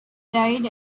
died